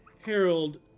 Harold